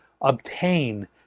obtain